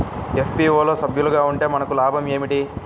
FPO లో సభ్యులుగా ఉంటే మనకు లాభం ఏమిటి?